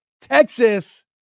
Texas